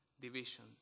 division